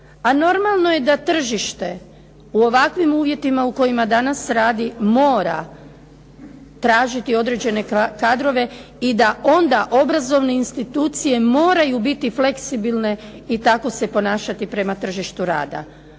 a normalno je da tržište u ovakvim uvjetima u kojima danas radi mora tražiti određene kadrove i da onda obrazovne institucije moraju biti fleksibilne i tako se ponašati prema tržištu rada.